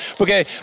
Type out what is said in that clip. Okay